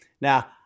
Now